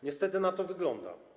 Niestety na to wygląda.